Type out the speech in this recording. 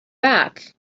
back